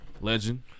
Legend